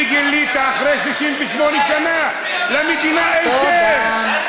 וגילית אחרי 68 שנה שלמדינה אין שם.